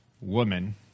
Woman